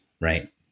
Right